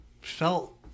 felt